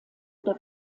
oder